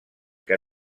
que